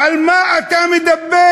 על מה אתה מדבר?